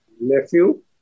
nephew